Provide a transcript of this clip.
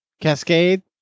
Cascade